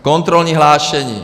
Kontrolní hlášení.